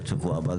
עד השבוע הבא,